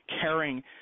caring